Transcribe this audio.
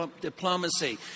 diplomacy